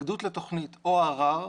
התנגדות לתוכנית או ערר,